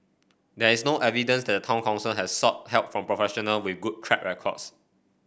there is no evidence that the town council has sought help from professional with good track records